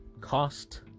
cost